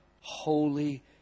holy